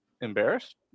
Embarrassed